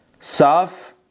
Saf